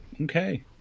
Okay